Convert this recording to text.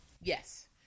Yes